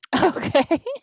Okay